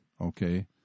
Okay